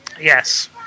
Yes